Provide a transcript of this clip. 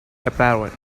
apparent